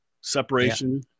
separation